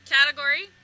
Category